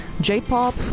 J-pop